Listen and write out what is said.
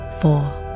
four